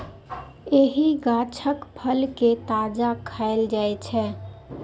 एहि गाछक फल कें ताजा खाएल जाइ छै